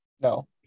No